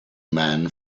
man